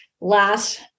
last